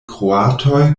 kroatoj